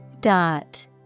Dot